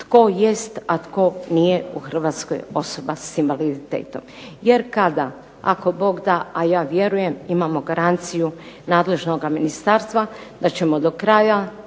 tko jest a tko nije u Hrvatskoj osoba sa invaliditetom. Jer kada ako Bog da a ja vjerujem imamo garanciju nadležnoga ministarstva, da ćemo do kraja